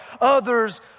others